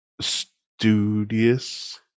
studious